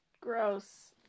gross